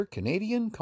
Canadian